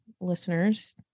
listeners